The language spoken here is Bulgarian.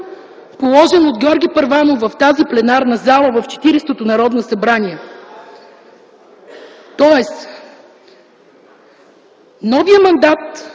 положена от Георги Първанов в тази пленарна зала в 40-то Народно събрание. Тоест новият мандат